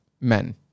men